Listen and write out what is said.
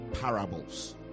parables